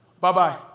Bye-bye